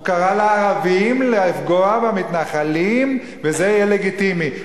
הוא קרא לערבים לפגוע במתנחלים, וזה יהיה לגיטימי.